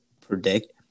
predict